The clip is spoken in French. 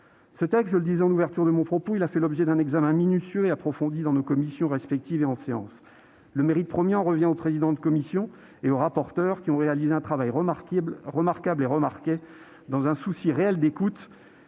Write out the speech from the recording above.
Ce texte, je le disais en ouverture de mon propos, a fait l'objet d'un examen minutieux et approfondi dans nos commissions respectives et en séance. Le mérite premier en revient aux présidents de commission et aux rapporteurs, qui ont réalisé un travail remarquable et remarqué, dans un souci réel d'écoute,